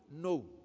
No